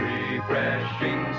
Refreshing